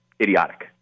idiotic